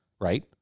Right